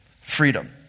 freedom